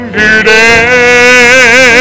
today